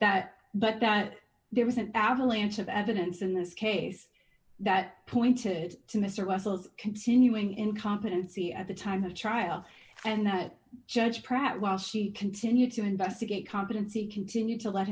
that but that there was an avalanche of evidence in this case that pointed to mr wessels continuing incompetency at the time of trial and that judge pratt while she continued to investigate competency continued to let